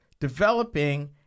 developing